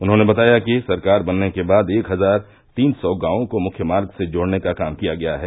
उन्होंने बताया कि सरकार बनने के बाद एक हजार तीन सौ गांवों को मुख्य मार्ग से जोड़ने का काम किया गया है